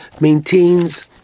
maintains